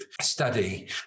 study